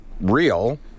real